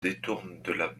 détourne